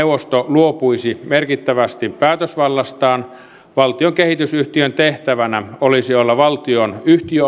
luopuisi merkittävästi päätösvallastaan valtion kehitysyhtiön tehtävänä olisi olla valtion